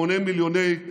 המונה מיליוני אזרחים,